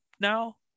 now